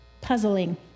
puzzling